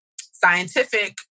scientific